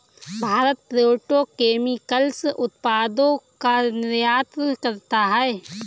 Bharat petrochemicals उत्पादों का निर्यात करता है